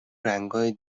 رنگای